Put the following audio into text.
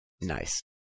nice